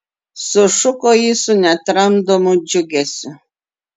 sušuko ji su netramdomu džiugesiu